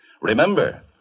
Remember